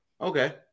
Okay